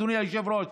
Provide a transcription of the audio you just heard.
אדוני היושב-ראש,